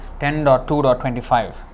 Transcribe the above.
10.2.25